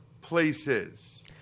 places